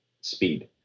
speed